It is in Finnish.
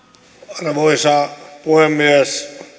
arvoisa puhemies